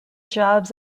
jobs